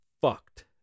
fucked